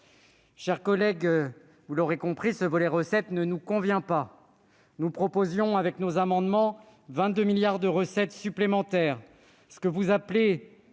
chers collègues, vous l'aurez compris ce volet recettes ne nous convient pas. Nous proposions, par nos amendements, 22 milliards d'euros de recettes supplémentaires. Ce que vous appelez